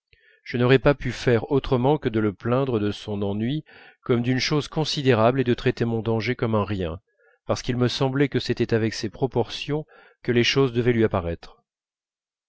je n'aurais pas pu faire autrement que de le plaindre de son ennui comme d'une chose considérable et de traiter mon danger comme un rien parce qu'il me semblait que c'était avec ces proportions que les choses devaient lui apparaître